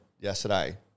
yesterday